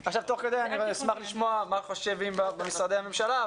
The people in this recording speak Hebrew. תוך כדי אשמח לשמוע מה חושבים במשרדי הממשלה,